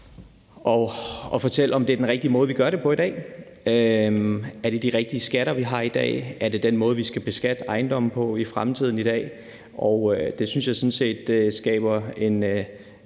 at debattere, om det er den rigtige måde, vi gør det på i dag. Er det de rigtige skatter, vi har i dag? Er det den måde, vi skal beskatte ejendomme på i fremtiden? Det synes jeg sådan set skaber en